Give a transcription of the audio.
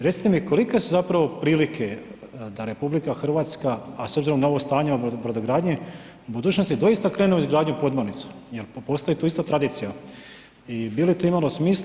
Recite mi kolike su zapravo prilike da RH, a s obzirom na ovo stanje u brodogradnji, u budućnosti doista krene u izgradnju podmornica, jel postoji tu isto tradicija i bi li to imalo smisla?